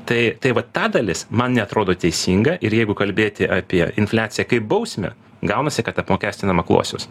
tai tai va ta dalis man neatrodo teisinga ir jeigu kalbėti apie infliaciją kaip bausmę gaunasi kad apmokestinam akluosius